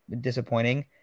disappointing